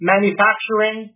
Manufacturing